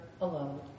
alone